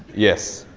yes,